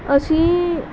ਅਸੀਂ